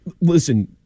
listen